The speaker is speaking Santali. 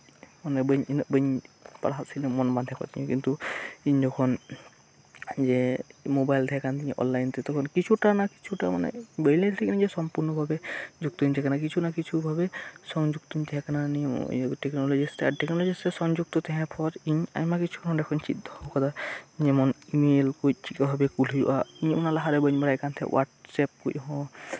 ᱩᱱᱟᱹᱜ ᱵᱟᱹᱧ ᱩᱱᱟᱹᱜ ᱵᱟᱹᱧ ᱯᱟᱲᱦᱟᱣ ᱥᱮᱫ ᱢᱚᱱ ᱵᱟᱝ ᱛᱟᱸᱦᱮ ᱠᱚᱜ ᱛᱤᱧᱟ ᱠᱤᱱᱛᱩ ᱤᱧ ᱡᱚᱠᱷᱚᱱ ᱡᱮ ᱢᱳᱵᱟᱭᱤᱞ ᱛᱟᱸᱦᱮ ᱠᱟᱱ ᱛᱤᱧᱟᱹ ᱚᱱᱞᱟᱭᱤᱱ ᱛᱮ ᱛᱚᱠᱷᱚᱱ ᱠᱤᱪᱷᱩᱴᱟ ᱢᱟᱱᱮ ᱵᱟᱹᱧ ᱞᱟᱹᱭ ᱫᱟᱲᱮᱭᱟᱜ ᱠᱟᱱᱟ ᱡᱮ ᱥᱚᱢᱯᱩᱨᱱᱚ ᱵᱷᱟᱵᱮ ᱡᱩᱠᱛᱚᱧ ᱛᱟᱸᱦᱮ ᱠᱟᱱᱟ ᱠᱤᱪᱷᱩ ᱱᱟ ᱠᱤᱪᱷᱩ ᱵᱷᱟᱵᱮ ᱡᱚᱯᱲᱟᱣ ᱤᱧ ᱛᱟᱸᱦᱮ ᱠᱟᱱᱟ ᱱᱤᱭᱟᱹ ᱴᱮᱠᱱᱳᱞᱚᱡᱤ ᱥᱟᱛᱮᱜ ᱟᱨ ᱴᱮᱠᱱᱳᱞᱚᱡᱤ ᱥᱟᱶᱛᱮ ᱥᱚᱝᱡᱩᱠᱛᱚ ᱛᱟᱦᱮᱸ ᱯᱚᱨ ᱤᱧ ᱱᱚᱰᱮ ᱠᱷᱚᱱ ᱟᱭᱢᱟ ᱠᱤᱪᱷᱩᱧ ᱪᱮᱫ ᱫᱚᱦᱚ ᱠᱟᱫᱟ ᱡᱮᱢᱚᱱ ᱤᱢᱮᱞ ᱠᱚᱡ ᱪᱮᱫ ᱞᱮᱠᱟ ᱵᱷᱟᱵᱮ ᱠᱚ ᱠᱩᱞ ᱦᱩᱭᱩᱜᱼᱟ ᱤᱧ ᱚᱱᱟ ᱞᱟᱦᱟᱨᱮ ᱵᱟᱹᱧ ᱵᱟᱲᱟᱭ ᱠᱟᱱ ᱛᱟᱸᱦᱮᱱᱟ ᱦᱳᱭᱟᱴᱥᱮᱯ ᱠᱚ ᱦᱚᱸ